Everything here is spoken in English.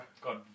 God